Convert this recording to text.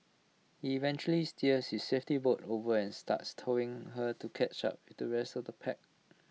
he eventually steers his safety boat over and starts towing her to catch up with the rest of the pack